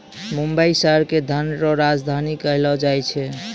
मुंबई शहर के धन रो राजधानी कहलो जाय छै